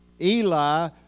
Eli